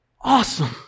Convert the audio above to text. awesome